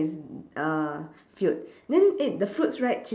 is uh filled then eh the fruits right